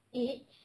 each